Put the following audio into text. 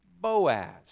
Boaz